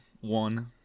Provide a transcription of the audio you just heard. one